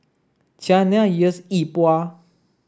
Qiana yes Yi Bua